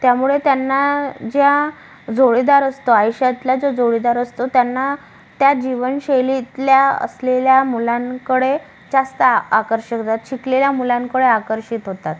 त्यामुळे त्यांना ज्या जोडीदार असतो आयुष्यातला जो जोडीदार असतो त्यांना त्या जीवनशैलीतल्या असलेल्या मुलांकडे जास्त आकर्षक होतात शिकलेल्या मुलांकडे आकर्षित होतात